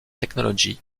technology